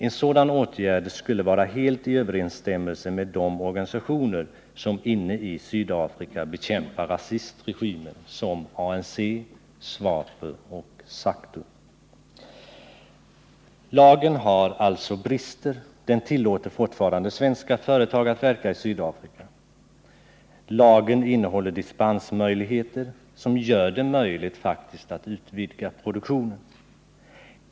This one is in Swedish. En sådan åtgärd skulle vara helt i överensstämmelse med vad de organisationer vill som inne i Sydafrika bekämpar rasistregimen — såsom ANC, SWAPO och SACTU. Lagen har alltså brister. Den tillåter fortfarande svenska företag att verka i Sydafrika. Lagen innehåller dispensmöjligheter, som faktiskt gör det möjligt att utvidga produktionen.